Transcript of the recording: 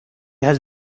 has